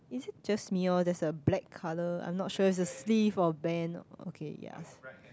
is it just me or there's a black colour I'm not sure it's a sleeve or band okay ya